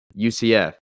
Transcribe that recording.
UCF